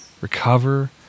recover